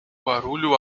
barulho